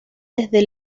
desde